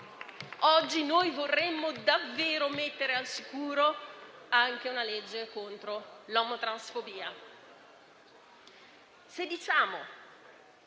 Oggi noi vorremmo davvero mettere al sicuro anche una legge contro l'omotransfobia.